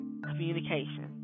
Communication